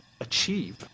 achieve